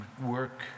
work